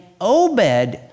Obed